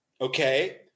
okay